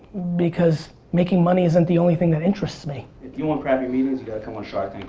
because making money isn't the only thing that interests me. if you want crappy meetings, you got to come on shark